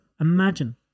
Imagine